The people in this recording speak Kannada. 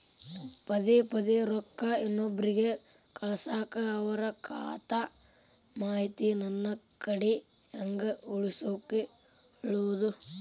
ಪದೆ ಪದೇ ರೊಕ್ಕ ಇನ್ನೊಬ್ರಿಗೆ ಕಳಸಾಕ್ ಅವರ ಖಾತಾ ಮಾಹಿತಿ ನನ್ನ ಕಡೆ ಹೆಂಗ್ ಉಳಿಸಿಕೊಳ್ಳೋದು?